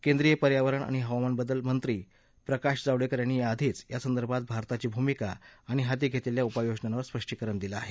केंद्रीय पर्यावरण आणि हवामान बदल मंत्री प्रकाश जावडेकर यांनी याआधीच यासंदर्भात भारताची भुमिका आणि हाती घेतलेल्या उपाय योजनावर स्पष्टीकरण दिलं आहे